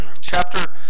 Chapter